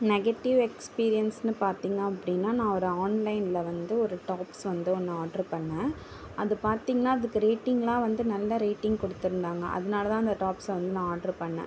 negative எக்ஸ்பீரியன்ஸ்னு பார்த்திங்க அப்படினா நான் ஒரு ஆன்லைனில் வந்து ஒரு டாப்ஸ் வந்து ஒன்று ஆட்ரு பண்ணேன் அது பார்த்திங்கனா அதுக்கு ரேட்டிங்லாம் வந்து நல்ல ரேட்டிங் கொடுத்துருந்தாங்க அதனால் தான் அந்த டாப்ஸ வந்து நான் ஆட்ரு பண்ணேன்